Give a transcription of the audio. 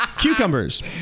Cucumbers